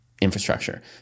infrastructure